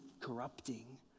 corrupting